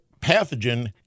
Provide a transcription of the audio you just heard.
pathogen